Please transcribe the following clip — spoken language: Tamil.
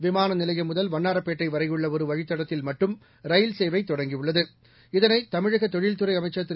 விமான நிலையம் முதல் வண்ணாரப்பேட்டை வரையுள்ள ஒரு வழித்தடத்தில் மட்டும் ரயில் சேவை தொடங்கியுள்ளது இதளை தமிழக தொழில்துறை அமைச்சர் திரு